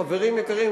חברים יקרים,